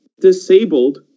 disabled